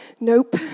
Nope